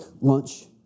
lunch